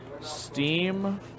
Steam